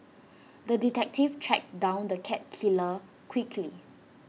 the detective tracked down the cat killer quickly